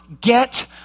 Get